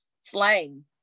slang